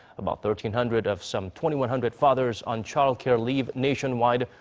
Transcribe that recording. about thirteen hundred of some twenty one hundred fathers on childcare leave nationwide.